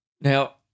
Now